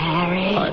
Harry